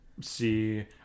see